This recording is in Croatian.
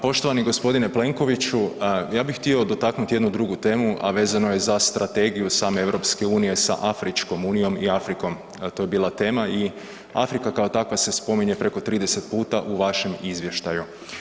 Poštovani gospodine Plenkoviću, ja bih htio dotaknuti jednu drugu temu a vezano je za Strategiju same Europske unije sa Afričkom unijom i Afrikom, a to je bila tema i Afrika kao takva se spominje preko 30 puta u vašem Izvještaju.